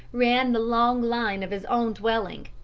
ran the long line of his own dwelling,